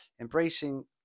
embracing